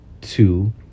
Two